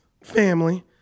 family